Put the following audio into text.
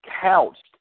couched